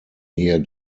hier